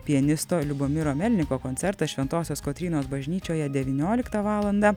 pianisto liubomiro melniko koncertas šventosios kotrynos bažnyčioje devynioliktą valandą